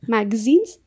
Magazines